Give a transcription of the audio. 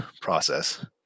process